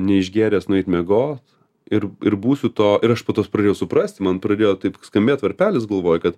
neišgėręs nueit miegot ir ir būsiu to ir aš poto pradėjau suprasti man pradėjo taip skambėt varpelis galvoj kad